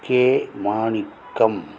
K Manickam